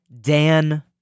Dan